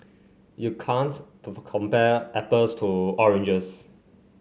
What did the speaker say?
you can't compare apples to oranges